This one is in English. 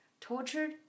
tortured